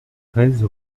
treize